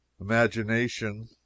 imagination